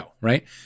right